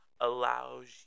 allows